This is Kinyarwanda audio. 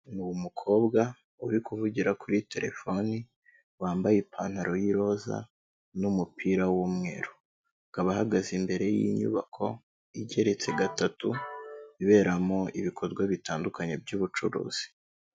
Ni umukobwa uri kuvugira kuri terefone wambaye ipantaro y'iroza n'umupira w'umweru. Akaba ahagaze imbere y'inyubako igeretse gatatu, iberamo ibikorwa bitandukanye by'ubucuruzi.